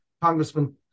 Congressman